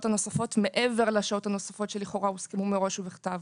הנוספות מעבר לשעות הנוספות שלכאורה הוסכמו מראש ובכתב.